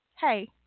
hey